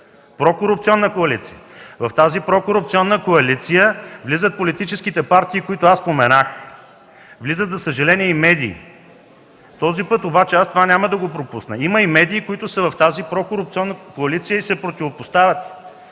прокорупционна коалиция. В тази прокорупционна коалиция влизат политическите партии, които споменах, за съжаление, влизат и медии. Този път обаче това няма да го пропусна – има и медии, които са в тази прокорупционна коалиция и се противопоставят.